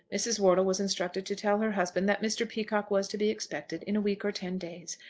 mrs. wortle was instructed to tell her husband that mr. peacocke was to be expected in a week or ten days,